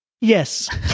Yes